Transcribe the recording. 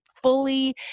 fully